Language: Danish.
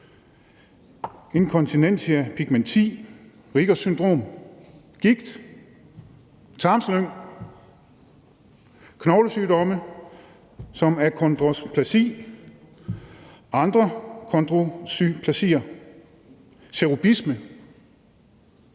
incontinentia pigmenti, Rieger syndrom, gigt, tarmslyng. Knoglesygdomme som achondrodsysplasi, andre chondrodsysplasier, cherubisme,